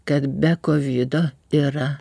kad be kovido yra